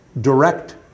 direct